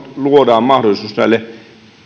luodaan mahdollisuus näille